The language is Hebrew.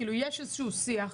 יש איזשהו שיח.